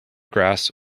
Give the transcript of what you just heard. grass